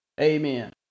Amen